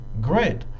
great